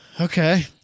Okay